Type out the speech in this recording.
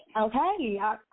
Okay